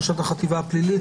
ראשת החטיבה הפלילית.